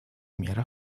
мерах